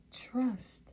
trust